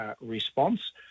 response